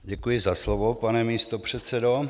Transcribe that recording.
Děkuji za slovo, pane místopředsedo.